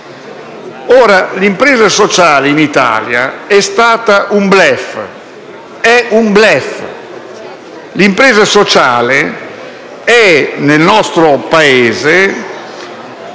Ora, l'impresa sociale in Italia è stata ed è un *bluff*. L'impresa sociale è, nel nostro Paese,